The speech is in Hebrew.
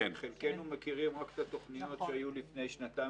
חלקנו מכירים רק את התוכניות שהיו לפני שנתיים